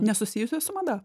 nesusijusias su mada